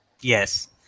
Yes